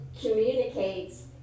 communicates